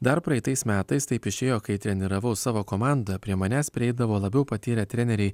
dar praeitais metais taip išėjo kai treniravau savo komandą prie manęs prieidavo labiau patyrę treneriai